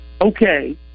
okay –